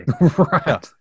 right